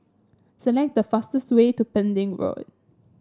select the fastest way to Pending Road